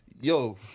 Yo